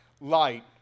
Light